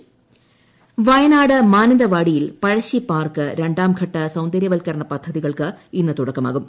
park ഉദ്ഘാടനം വയനാട് മാനന്തവാടിയിൽ Pazhassi park രണ്ടാംഘട്ട സൌന്ദര്യവൽക്കരണ പദ്ധതികൾക്ക് ഇന്ന് തുടക്കമാകും